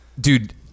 dude